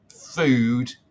food